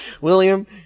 William